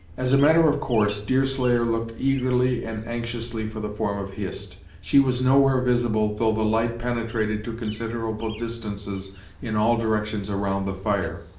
as a matter of course, deerslayer looked eagerly and anxiously for the form of hist. she was nowhere visible though the light penetrated to considerable distances in all directions around the fire.